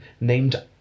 named